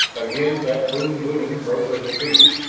again that boom-boom broke her speech,